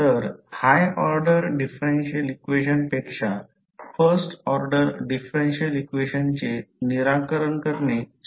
तर high order differential equation पेक्षा first order differential इक्वेशनचे निराकरण करणे सोपे आहे